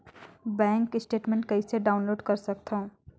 Bank statement कइसे download कर सकथव?